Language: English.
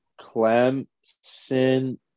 Clemson